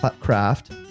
craft